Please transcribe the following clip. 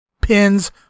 pins